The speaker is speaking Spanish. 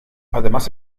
además